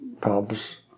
pubs